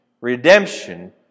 redemption